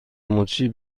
مچی